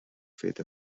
fet